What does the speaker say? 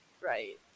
Right